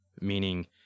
meaning